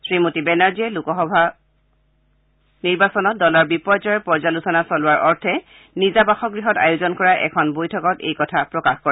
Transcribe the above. শ্ৰীমতী বেনাৰ্জীয়ে সদ্যসমাপ্ত লোকসভা নিৰ্বাচনত দলৰ বিপৰ্যয়ৰ পৰ্যালোচনা চলোৱাৰ অৰ্থে নিজা বাসগৃহত আয়োজন কৰা এখন বৈঠকত এই কথা প্ৰকাশ কৰে